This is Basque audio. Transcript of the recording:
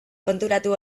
konturatu